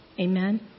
Amen